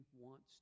wants